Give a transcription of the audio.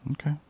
Okay